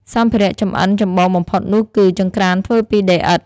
សម្ភារៈចម្អិនចម្បងបំផុតនោះគឺ ចង្ក្រានធ្វើពីដីឥដ្ឋ។